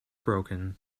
broken